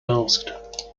asked